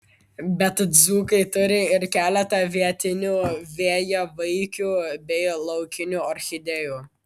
bet dzūkai turi ir keletą vietinių vėjavaikių bei laukinių orchidėjų